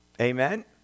Amen